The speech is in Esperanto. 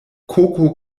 koko